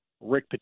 Rick